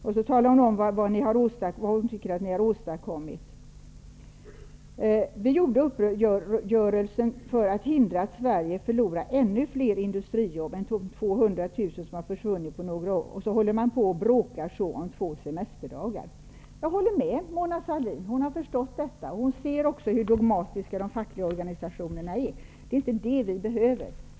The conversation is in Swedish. Sedan talar hon om vad hon tycker att ni har åstadkommit: Vi gjorde uppgörelsen för att förhindra att Sverige förlorar ännu fler industrijobb än de 200 000 som har försvunnit på några år, och så bråkar man så om två semesterdagar. Jag håller med Mona Sahlin. Hon har förstått detta. Hon ser också hur dogmatiska de fackliga organisationerna är. Det är inte det vi behöver.